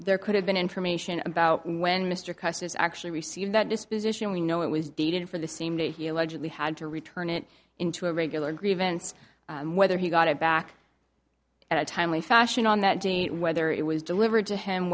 there could have been information about when mr custis actually received that disposition we know it was dated for the same day he allegedly had to return it into a regular grievance whether he got it back at a timely fashion on that date whether it was delivered to h